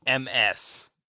MS